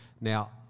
Now